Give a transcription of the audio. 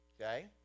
okay